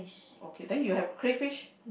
okay then you have crayfish